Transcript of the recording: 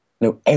no